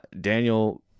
Daniel